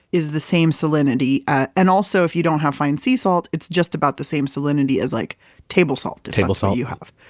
is the same salinity and also if you don't have fine sea salt, it's just about the same salinity as like table salt table salt you have.